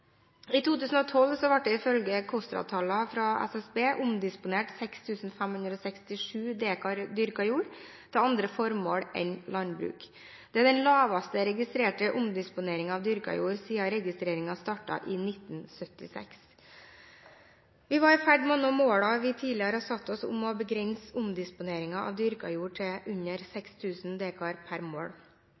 I 2012 ble det ifølge KOSTRA-tallene fra SSB omdisponert 6 567 dekar dyrket jord til andre formål enn landbruk. Det er den lavest registrerte omdisponeringen av dyrket jord siden registreringen startet i 1976. Vi var i ferd med å nå målene vi tidligere hadde satt oss, om å begrense omdisponeringen av dyrket jord til under 6 000 dekar per mål.